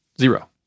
zero